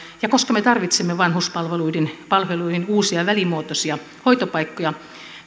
koska me tarvitsemme vanhuspalveluiden uusia välimuotoisia hoitopaikkoja